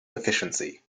efficiency